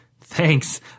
Thanks